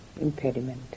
impediment